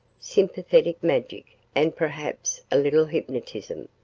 sympathetic magic, and perhaps a little hypnotism,